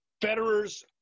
Federers